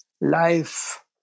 life